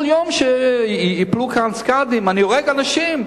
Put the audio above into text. כל יום שייפלו כאן "סקאדים", אני הורג אנשים.